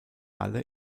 alle